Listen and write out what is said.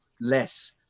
less